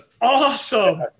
awesome